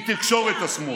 מתקשורת השמאל.